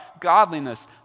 Godliness